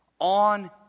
on